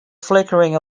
flickering